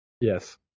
Yes